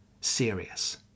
serious